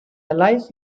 allies